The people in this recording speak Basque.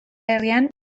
herrian